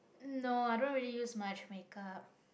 no I don't really use much make up